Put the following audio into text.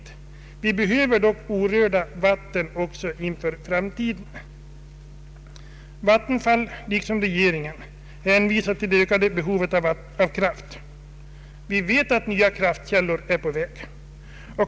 Vi behöver orörda vatten också för framtiden. Vattenfall liksom regeringen hänvisar till det ökade behovet av vattenkraft. Vi vet att nya kraftkällor är på väg.